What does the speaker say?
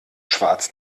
schwarz